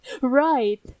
right